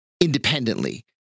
independently